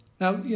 Now